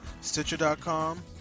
Stitcher.com